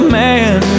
man